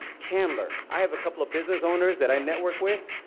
chandler. i have a couple of business owners that i network with.